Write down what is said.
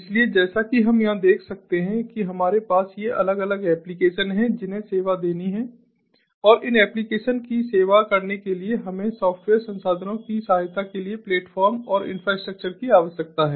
इसलिए जैसा कि हम यहां देख सकते हैं कि हमारे पास ये अलग अलग एप्लिकेशन हैं जिन्हें सेवा देनी है और इन एप्लिकेशन की सेवा करने के लिए हमें सॉफ्टवेयर संसाधनों की सहायता के लिए प्लेटफ़ॉर्म और इंफ्रास्ट्रक्चर की आवश्यकता है